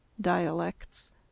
Dialects